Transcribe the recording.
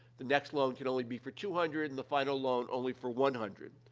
the next loan can only be for two hundred, and the final loan only for one hundred.